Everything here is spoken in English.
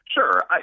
sure